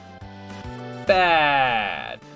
bad